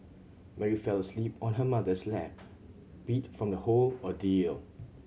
Mary fell asleep on her mother's lap beat from the whole ordeal